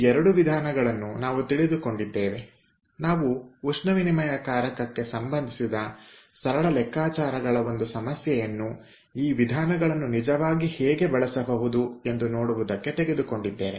ಈ 2 ವಿಧಾನಗಳನ್ನು ನಾವು ತಿಳಿದುಕೊಂಡಿದ್ದೇವೆ ನಾವು ಉಷ್ಣ ವಿನಿಮಯಕಾರಕಕ್ಕೆ ಸಂಬಂಧಿಸಿದ ಸರಳ ಲೆಕ್ಕಾಚಾರಗಳ ಒಂದು ಸಮಸ್ಯೆಯನ್ನು ಈ ವಿಧಾನಗಳನ್ನು ನಿಜವಾಗಿ ಹೇಗೆ ಬಳಸಬಹುದು ಎಂದು ನೋಡುವುದಕ್ಕೆ ತೆಗೆದುಕೊಂಡಿದ್ದೇವೆ